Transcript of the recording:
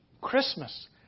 Christmas